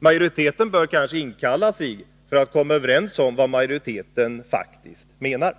Majoriteten bör kanske inkallas hit för att komma överens om vad majoriteten faktiskt menar.